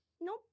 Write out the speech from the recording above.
nope